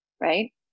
right